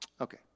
Okay